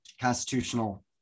constitutional